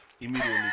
immediately